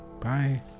Bye